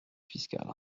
fiscal